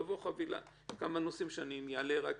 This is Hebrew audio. שתבוא חבילה, כמה נושאים שאני אעלה רק